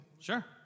Sure